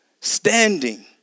standing